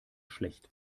schlecht